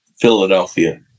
Philadelphia